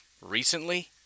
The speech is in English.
recently